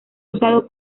usado